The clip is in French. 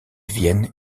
vienne